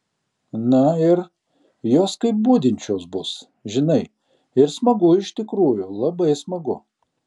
na ir jos kaip budinčios bus žinai ir smagu iš tikrųjų labai smagu